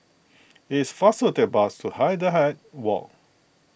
it is faster take bus to Hindhede Walk